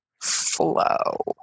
flow